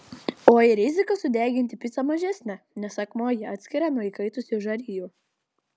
o ir rizika sudeginti picą mažesnė nes akmuo ją atskiria nuo įkaitusių žarijų